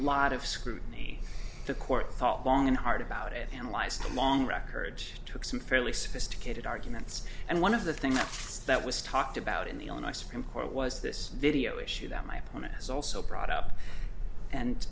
lot of scrutiny the court thought long and hard about it analyzed the long records took some fairly sophisticated arguments and one of the things that was talked about in the on ice supreme court was this video issue that my opponent has also brought up and